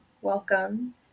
welcome